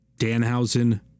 Danhausen